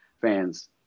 fans